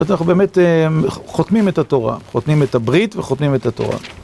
אנחנו באמת חותמים את התורה, חותמים את הברית וחותמים את התורה.